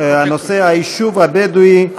והנושא הוא: היישוב הבדואי,